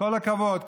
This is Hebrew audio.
כל הכבוד,